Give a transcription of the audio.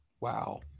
Wow